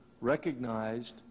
recognized